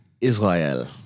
Israel